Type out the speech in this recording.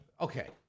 Okay